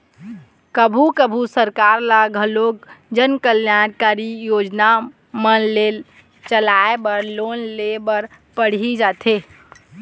कभू कभू सरकार ल घलोक बरोबर जनकल्यानकारी योजना मन ल चलाय बर लोन ले बर पड़ही जाथे